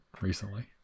recently